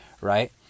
Right